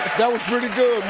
that was pretty good,